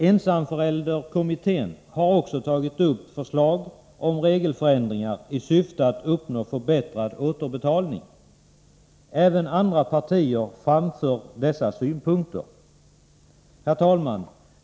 Ensamförälderkommittén har också tagit upp förslag om regeländringar i syfte att uppnå förbättrad återbetalning. Även andra har framfört sådana synpunkter. Herr talman!